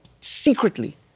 secretly